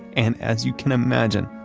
and as you can imagine,